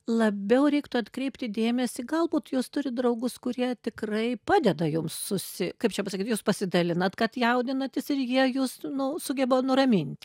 labiau reiktų atkreipti dėmesį galbūt jūs turit draugus kurie tikrai padeda jum susi kaip čia pasakyt jūs pasidalinat kad jaudinatės ir jie jus nu sugeba nuramint